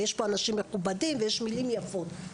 יש פה אנשים מכובדים ומילים יפות.